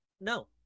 No